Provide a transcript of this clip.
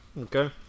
Okay